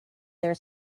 their